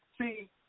See